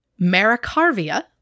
Maricarvia